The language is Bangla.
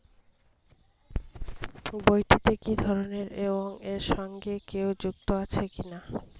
বইটি কি ধরনের এবং এর সঙ্গে কেউ যুক্ত আছে কিনা?